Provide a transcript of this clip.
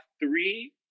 three